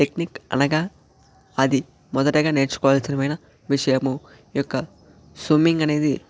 technique అనగా అది మొదటగా నేర్చుకోవాల్సిన విషయము ఈ యొక్క స్విమ్మింగ్ అనేది